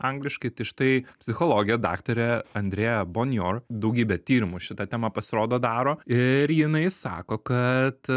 angliškai tai štai psichologė daktarė andrea bonjour daugybę tyrimų šita tema pasirodo daro ir jinai sako kad